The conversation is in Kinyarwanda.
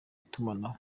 itumanaho